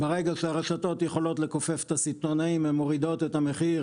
ברגע שהרשתות יכולות לכופף את הסיטונאים - הן מורידות את המחיר